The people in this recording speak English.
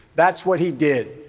that's what he did.